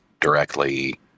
directly